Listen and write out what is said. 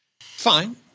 Fine